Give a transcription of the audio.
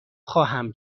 خواهم